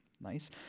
nice